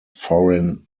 foreign